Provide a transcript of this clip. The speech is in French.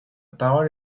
parole